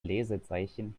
lesezeichen